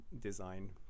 design